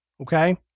Okay